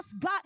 God